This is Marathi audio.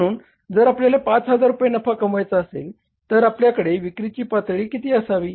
म्हणून जर आपल्याला 5000 रुपये नफा कमवायचा असेल तर आपल्याकडे विक्रीची पातळी किती असावी